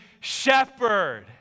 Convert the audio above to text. shepherd